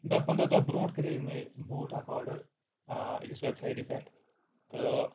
دَہ پنٛداہ دۄہ برونٛٹھ کَرے مےٚ بوٗٹ اَکھ آرڈَر أکِس وٮ۪بسایٹہِ پٮ۪ٹھ تہٕ